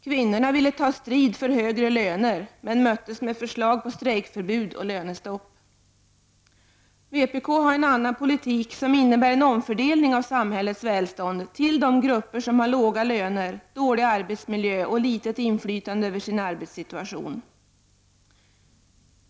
Kvinnorna ville ta strid för högre löner, men möttes med förslag om strejkförbund och lönestopp. Vpk har en annan politik, som innebär en omfördelning av samhällets välstånd till de grupper som har låga löner, dålig arbetsmiljö och litet inflytande över sin arbetssituation.